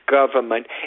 government